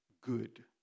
good